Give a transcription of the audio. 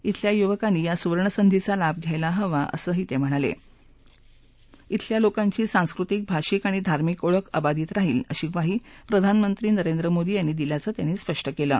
श्रिल्या युवकांनी या सुवर्ण संधीचा लाभ घ्यायला हवा असंही तश्किणालश खिल्या लोकांची संस्कृतिक भाषिक आणि धार्मिक ओळख अबाधित राहील अशी ग्वाही प्रधानमंत्री नरेंद्र मोदी यांनी दिल्याचं त्यांनी स्पष्ट कलि